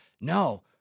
No